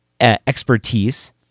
expertise